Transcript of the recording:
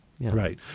Right